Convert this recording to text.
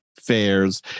fairs